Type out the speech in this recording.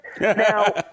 Now